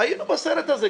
היינו כבר בסרט הזה.